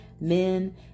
men